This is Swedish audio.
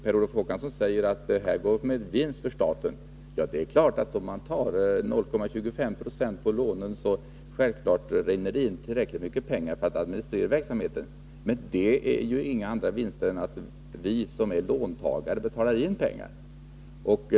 Per Olof Håkansson säger att bostadslåneorganisationen går med vinst för staten. Ja, det är klart att det om man tar ut 0,25 90 på lånen, rinner det in tillräckligt mycket pengar för att verksamheten skall kunna administreras. Men det är inte fråga om några andra vinster än vad som motsvarar de pengar som vi som är låntagare betalar in.